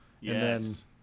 Yes